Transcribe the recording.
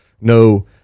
no